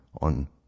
on